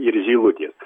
ir zylutės